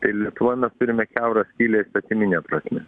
tai lietuvoj mes turime kiaurą skylę įstatymine prasme